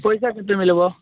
ପଇସା କେତେ ମିଳିବ